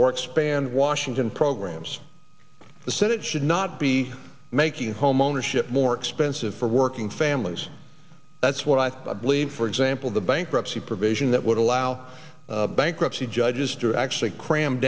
or expand washington programs the senate should not be making homeownership more expensive for working families that's what i believe for example the bankruptcy provision that would allow bankruptcy judges to actually cram